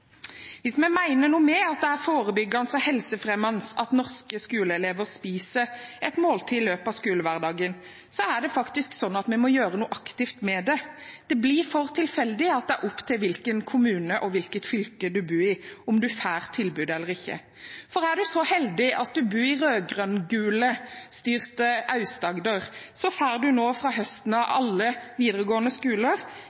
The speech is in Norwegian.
Hvis vi mener noe med at det er forebyggende og helsefremmende at norske skoleelever spiser et måltid i løpet av skolehverdagen, er det faktisk sånn at vi må gjøre noe aktivt med det. Det blir for tilfeldig at det er opp til hvilken kommune og hvilket fylke en bor i, om en får tilbud eller ikke. For er man så heldig at man bor i rød-grønn-gul-styrte Aust-Agder, tilbyr alle videregående skoler nå fra høsten frokost til elevene. De har skjønt at det er